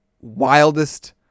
wildest